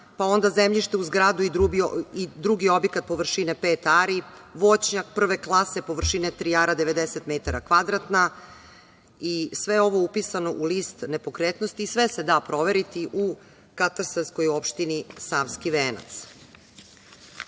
pa onda zemljište u zgradi i drugi objekat površine pet ari, voćnjak prve klase površine tri ara 90 m2 i sve ovo je upisano u List nepokretnosti i sve se da proveriti u katastarskoj opštini Savski